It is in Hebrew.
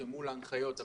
יישמעו להנחיות.